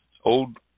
old